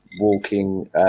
walking